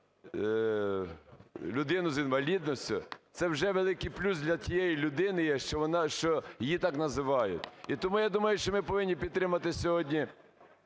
людину з інвалідністю" – це вже великий плюс для тієї людини є, що вона, що її так називають. І тому я думаю, що ми повинні підтримати сьогодні